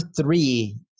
three